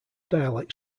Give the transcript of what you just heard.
dialect